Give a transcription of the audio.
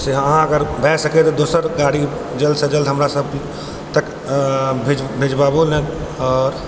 से अहाँ अगर भए सकै तऽ दोसर गाड़ी जल्द सँ जल्द हमरा सब तक भेजबाबू